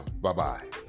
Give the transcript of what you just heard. Bye-bye